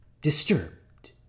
disturbed